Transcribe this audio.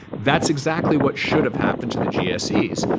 that's exactly what should have happened to the gses.